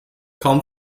kaum